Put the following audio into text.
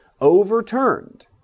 overturned